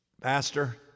Pastor